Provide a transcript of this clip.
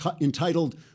entitled